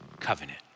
covenant